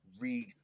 read